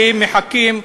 היא לא זכות שהם מחכים,